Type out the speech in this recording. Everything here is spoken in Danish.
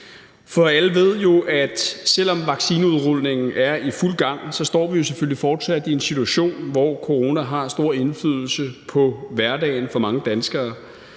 For alle ved jo, at selv om vaccineudrulningen er i fuld gang, står vi selvfølgelig fortsat i en situation, hvor corona har stor indflydelse på hverdagen for mange danskere,